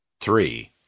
Three